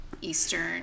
Eastern